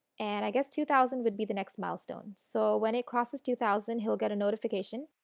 and i guess two thousand would be the next milestone. so, when it crosses two thousand he will get a notification.